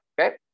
okay